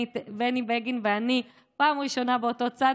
בני בגין ואני פעם ראשונה באותו צד,